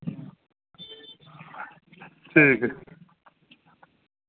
ठीक ऐ